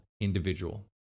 individual